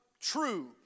true